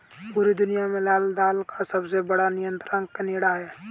पूरी दुनिया में लाल दाल का सबसे बड़ा निर्यातक केनेडा है